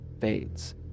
fades